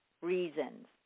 reasons